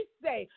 say